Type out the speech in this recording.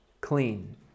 clean